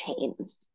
chains